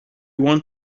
want